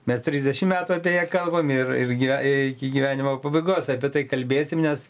mes trisdešim metų apie ją kalbam ir irgi iki gyvenimo pabaigos apie tai kalbėsim nes